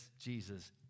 Jesus